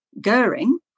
Goering